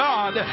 God